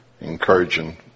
encouraging